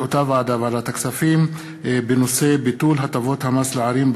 בדיוני הוועדה לקביעת יעדים לצמצום העוני,